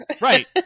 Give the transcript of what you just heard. Right